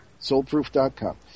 Soulproof.com